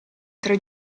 tre